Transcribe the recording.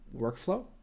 workflow